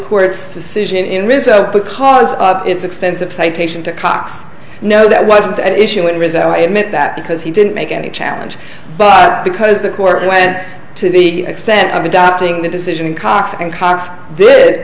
court's decision in rizzo because of its extensive citation to cox no that wasn't an issue in rizzo i admit that because he didn't make any challenge but because the court went to the extent of adopting the decision cox and cox did